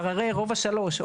על עררי רובע 3,